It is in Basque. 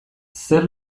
zer